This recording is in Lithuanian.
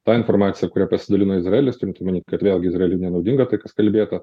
ta informacija kuria pasidalino izraelis turint omeny kad vėlgi izraeliui nenaudinga tai kas kalbėta